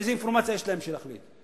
איזה אינפורמציה יש להם בשביל להחליט?